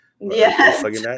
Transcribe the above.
yes